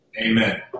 Amen